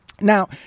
Now